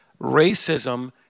racism